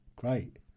great